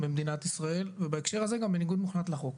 במדינת ישראל ובהקשר הזה גם בניגוד מוחלט לחוק.